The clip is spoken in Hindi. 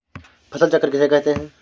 फसल चक्र किसे कहते हैं?